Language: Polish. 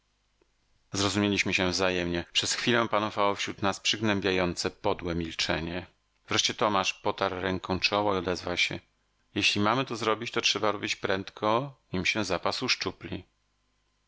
samą zrozumieliśmy się wzajemnie przez chwilę panowało wśród nas przygnębiające podłe milczenie wreszcie tomasz potarł ręką czoło i odezwał się jeśli mamy to zrobić to trzeba robić prędko nim się zapas uszczupli